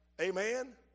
Amen